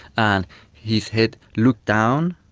and his head look down,